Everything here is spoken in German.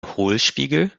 hohlspiegel